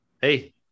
Hey